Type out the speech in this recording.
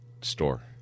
store